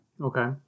Okay